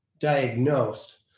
diagnosed